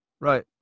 right